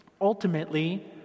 Ultimately